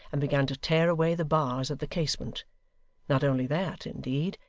and began to tear away the bars at the casement not only that, indeed,